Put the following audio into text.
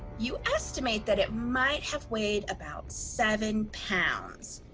you estimate that it might have weighed about seven pounds.